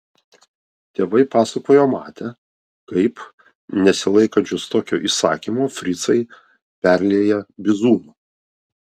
tėvai pasakojo matę kaip nesilaikančius tokio įsakymo fricai perlieja bizūnu